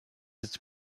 its